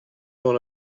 dans